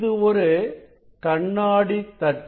இது ஒரு கண்ணாடி தட்டு